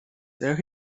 there